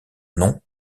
nom